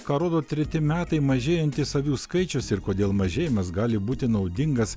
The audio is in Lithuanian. ką rodo treti metai mažėjantis avių skaičius ir kodėl mažėjimas gali būti naudingas